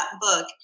book